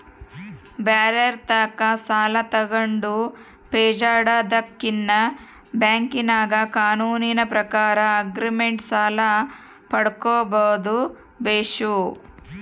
ಬ್ಯಾರೆರ್ ತಾಕ ಸಾಲ ತಗಂಡು ಪೇಚಾಡದಕಿನ್ನ ಬ್ಯಾಂಕಿನಾಗ ಕಾನೂನಿನ ಪ್ರಕಾರ ಆಗ್ರಿಮೆಂಟ್ ಸಾಲ ಪಡ್ಕಂಬದು ಬೇಸು